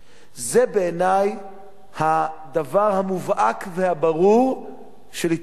זה בעיני הדבר המובהק והברור של התעללות בבעל-חיים.